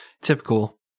typical